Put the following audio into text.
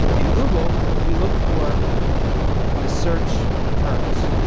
and google, we look for the search terms.